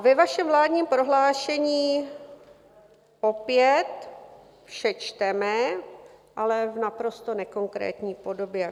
Ve vašem vládním prohlášení opět vše čteme, ale v naprosto nekonkrétní podobě.